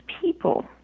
people